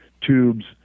tubes